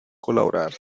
colaborar